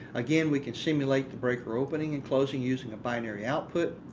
again, we can simulate the breaker opening and closing using a binary output.